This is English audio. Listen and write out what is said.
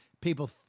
people